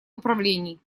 управлений